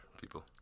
people